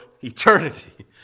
eternity